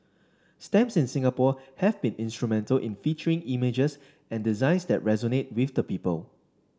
stamps in Singapore have been instrumental in featuring images and designs that resonate with the people